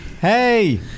hey